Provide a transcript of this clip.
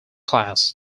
class